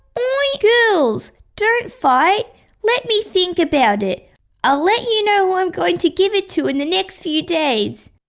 ah i. girls! don't fight let me think about it i'll let you know who i'm going to give it to in the next few days